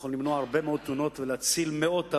יכולנו למנוע הרבה מאוד תאונות ולהציל מאות הרוגים,